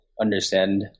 understand